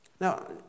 Now